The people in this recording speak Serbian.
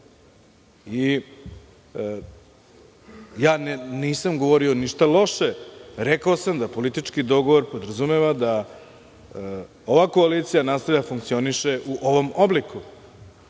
Nisam govorio ništa loše, rekao sam da politički dogovor podrazumeva da ova koalicija nastavlja da funkcioniše u ovom obliku.